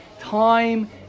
time